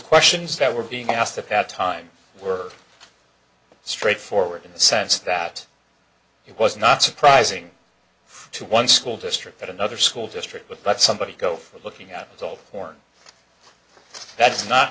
questions that were being asked the past time were straightforward in the sense that it was not surprising to one school district that another school district but let somebody go looking at the whole horn that's not